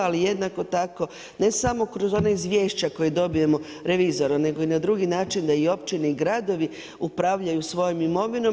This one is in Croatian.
Ali jednako tako, ne samo kroz ona izvješća koja dobijemo revizora, nego i na drugi način da i općine i gradovi upravljaju svojom imovinom.